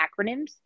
acronyms